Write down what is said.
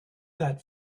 that